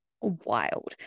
wild